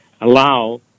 allow